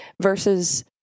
versus